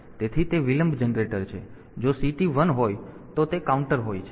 તેથી તે વિલંબ જનરેટર છે અને જો CT 1 હોય તો તે કાઉન્ટર હોય છે